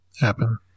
happen